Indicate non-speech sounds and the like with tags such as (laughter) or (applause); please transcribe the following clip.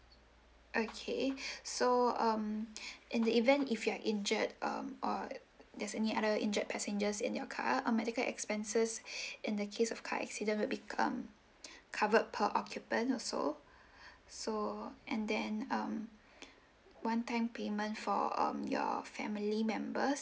okay (breath) so um (breath) in the event if you're injured um or there's any other injured passengers in your car um medical expenses (breath) in the case of car accident would become (breath) covered per occupant also (breath) so and then um one time payment for um your family members